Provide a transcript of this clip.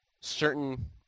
certain